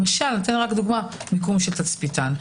למשל, מיקום תצפיתן.